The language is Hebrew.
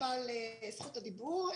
זכות הדיבור,